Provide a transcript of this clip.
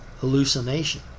hallucination